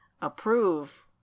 approve